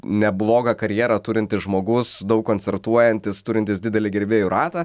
neblogą karjerą turintis žmogus daug koncertuojantis turintis didelį gerbėjų ratą